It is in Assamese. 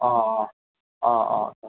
অঁ অঁ অঁ অঁ